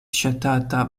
ŝatata